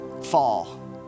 Fall